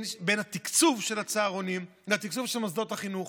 בין התקצוב של הצהרונים לתקצוב של מוסדות החינוך.